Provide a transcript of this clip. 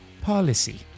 policy